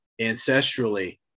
ancestrally